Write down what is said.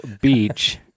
beach